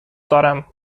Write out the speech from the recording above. دارم